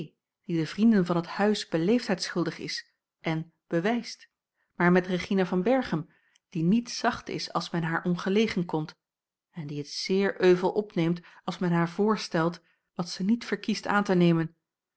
die de vrienden van het huis beleefdheid schuldig is en bewijst maar met regina van berchem die niet zacht is als men haar ongelegen komt en die het zeer euvel opneemt als men haar voorstelt wat ze niet verkiest aan te nemen